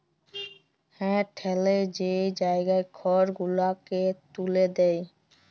হাঁ ঠ্যালে যে জায়গায় খড় গুলালকে ত্যুলে দেয়